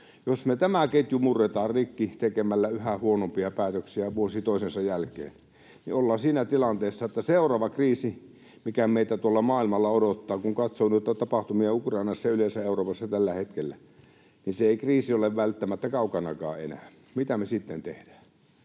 Jos me tämä ketju murretaan rikki tekemällä yhä huonompia päätöksiä vuosi toisensa jälkeen, niin ollaan siinä tilanteessa, että seuraava kriisi, mikä meitä tuolla maailmalla odottaa... Kun katsoo noita tapahtumia Ukrainassa ja yleensä Euroopassa tällä hetkellä, niin se kriisi ei ole välttämättä kaukanakaan enää. Mitä me sitten tehdään?